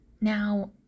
Now